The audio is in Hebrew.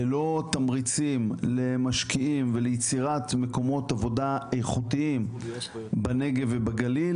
ללא תמריצים למשקיעים וליצירת מקומות עבודה איכותיים בנגב ובגליל,